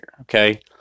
okay